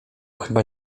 chyba